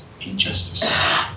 injustice